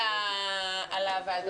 ננעלה בשעה